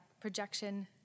projection